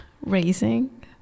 Racing